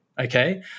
Okay